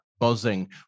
buzzing